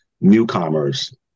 newcomers